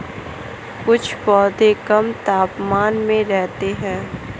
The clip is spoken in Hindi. कुछ पौधे कम तापमान में रहते हैं